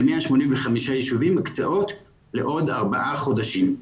ל-185 יישובים הקצאות לעוד ארבעה חודשים.